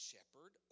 Shepherd